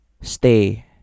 stay